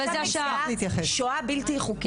עכשיו מגיעה שוהה בלתי חוקית,